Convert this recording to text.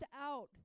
out